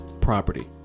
property